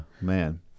man